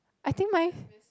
I think life